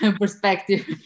perspective